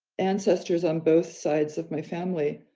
ancestors on both sides of my family.